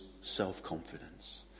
self-confidence